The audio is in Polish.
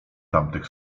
tamtych